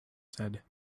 said